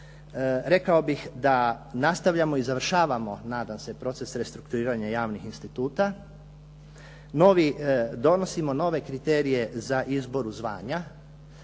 rekao bih da nastavljamo i završavamo nadam se proces restruktuiranja javnih instituta, novi, donosimo nove kriterije za izbor zvanja,